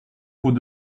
coup